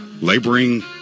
Laboring